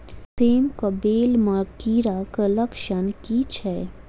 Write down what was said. सेम कऽ बेल म कीड़ा केँ लक्षण की छै?